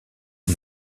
aux